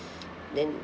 then